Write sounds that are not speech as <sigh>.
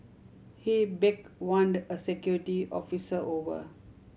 he <unintelligible> a security officer over